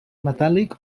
metàl·lic